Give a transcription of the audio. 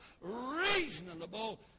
reasonable